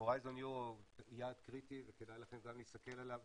הורייזן יורו, יעד קריטי וכדאי לכם להסתכל עליו.